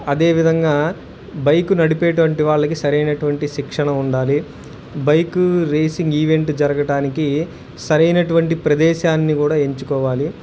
అదేవిధంగా బైక్ నడిపేటువంటి వాళ్ళకి సరైనటువంటి శిక్షణ ఉండాలి బైక్ రేసింగ్ ఈవెంట్ జరగటానికి సరైనటువంటి ప్రదేశాన్ని కూడా ఎంచుకోవాలి